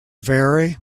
very